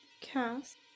Cast